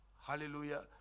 hallelujah